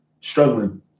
struggling